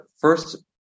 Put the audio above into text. first